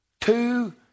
Two